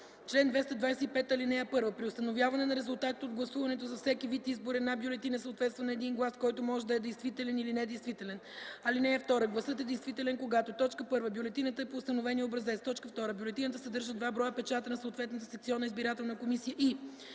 Чл. 225. (1) При установяване на резултатите от гласуването за всеки вид избор една бюлетина съответства на един глас, който може да е действителен или недействителен. (2) Гласът е действителен, когато: 1. бюлетината е по установения образец; 2. бюлетината съдържа два броя печата на съответната секционна избирателна комисия, и 3.